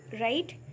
right